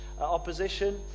opposition